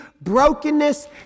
brokenness